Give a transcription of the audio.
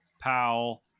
Powell